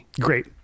Great